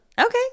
Okay